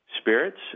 spirits